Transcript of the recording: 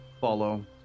follow